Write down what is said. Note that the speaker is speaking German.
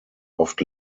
oft